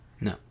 no